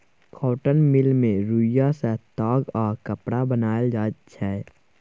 cotton mill मे रुइया सँ ताग आ कपड़ा बनाएल जाइ छै